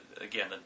again